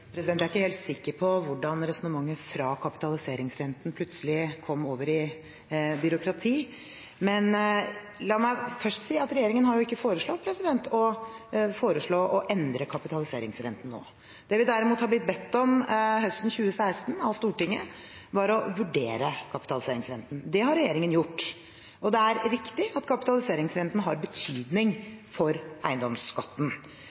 Jeg er ikke helt sikker på hvordan resonnementet om kapitaliseringsrenten plutselig kom over i byråkrati, men la meg først si at regjeringen har jo ikke foreslått å endre kapitaliseringsrenten nå. Det vi derimot ble bedt om av Stortinget høsten 2016, var å vurdere kapitaliseringsrenten. Det har regjeringen gjort. Det er riktig at kapitaliseringsrenten har